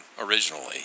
originally